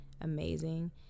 amazing